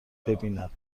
ببیند